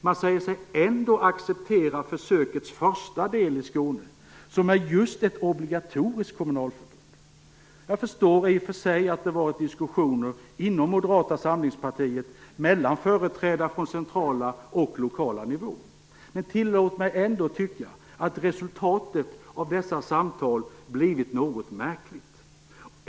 Man säger sig ändå acceptera försökets första del i Skåne, som är just ett sådant obligatoriskt kommunalförbund. Jag förstår i och för sig att det har varit diskussioner inom Moderata samlingspartiet mellan företrädare på central och lokal nivå. Men tillåt mig ändå tycka att resultatet av dessa samtal blivit något märkligt.